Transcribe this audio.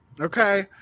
Okay